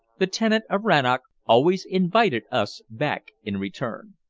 the tenant of rannoch always invited us back in return.